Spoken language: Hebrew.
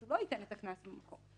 הוא לא ייתן את הקנס במקום.